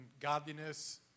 godliness